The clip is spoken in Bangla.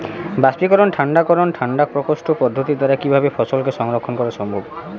বাষ্পীকরন ঠান্ডা করণ ঠান্ডা প্রকোষ্ঠ পদ্ধতির দ্বারা কিভাবে ফসলকে সংরক্ষণ করা সম্ভব?